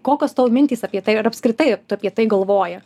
kokios tavo mintys apie tai ir ar apskritai apie tai galvoji